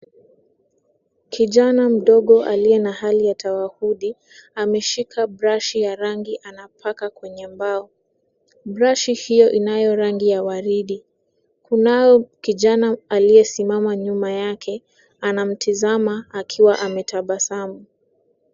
Kijana mdogo aliye na hali ya tawahudi ameshika brashi ya rangi anapaka kwenye mbao. Brashi hiyo inayo rangi ya waridi, kunao kijana aliyesimama nyuma yake anamtizama akiwa ametabasamu.